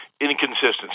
inconsistency